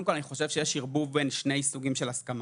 אני חושב שיש ערבוב בין שני סוגים של הסכמה: